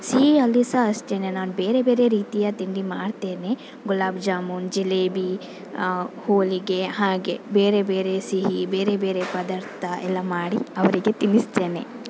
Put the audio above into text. ಸಿಹಿ ಅಲ್ಲಿ ಸಹ ಅಷ್ಟೇನೇ ನಾನು ಬೇರೆ ಬೇರೆ ರೀತಿಯ ತಿಂಡಿ ಮಾಡ್ತೇನೆ ಗುಲಾಬ್ ಜಾಮೂನ್ ಜಿಲೇಬಿ ಹೋಳಿಗೆ ಹಾಗೆ ಬೇರೆ ಬೇರೆ ಸಿಹಿ ಬೇರೆ ಬೇರೆ ಪದಾರ್ಥ ಎಲ್ಲ ಮಾಡಿ ಅವರಿಗೆ ತಿನ್ನಿಸ್ತೇನೆ